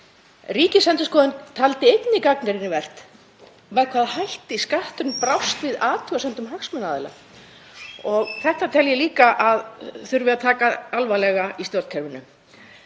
Ríkisendurskoðun taldi einnig gagnrýnivert með hvaða hætti skatturinn brást við athugasemdum hagsmunaaðila. Þetta tel ég líka að þurfi að taka alvarlega í stjórnkerfinu.